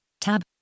Tab